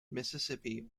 mississippi